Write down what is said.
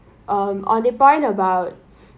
um on the point about